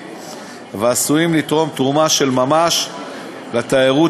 ועשויים לתרום תרומה של ממש לתיירות,